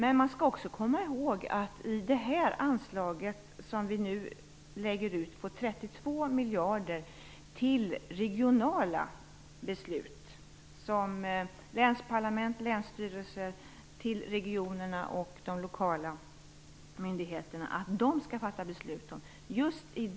Vi lägger nu ut anslag på 32 miljarder till de regionala och lokala myndigheterna - som länsparlament och länsstyrelser - att fatta beslut om.